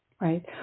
right